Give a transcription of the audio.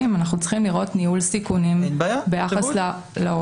אנחנו צריכים לראות ניהול סיכונים ביחס לאופציות.